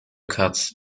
cuts